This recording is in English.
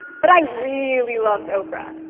but i really loved oprah